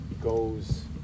goes